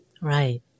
Right